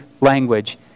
language